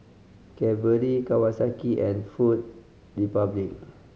Cadbury Kawasaki and Food Republic